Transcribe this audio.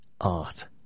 art